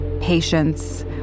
patience